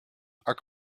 our